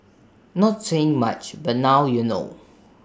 not saying much but now you know